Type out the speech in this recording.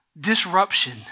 disruption